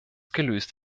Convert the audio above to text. gelöst